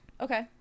Okay